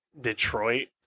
Detroit